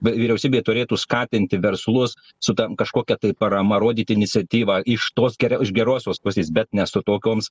bet vyriausybė turėtų skatinti verslus su tam kažkokia tai parama rodyt iniciatyvą iš tos geriau iš gerosios pusės bet ne su tokioms